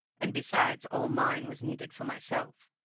and besides, all mine was needed for myself.